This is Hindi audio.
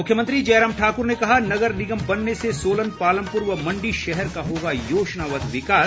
मुख्यमंत्री जयराम ठाकुर ने कहा नगर निगम बनने से सोलन पालमपुर व मंडी शहर का होगा योजनाबद्ध विकास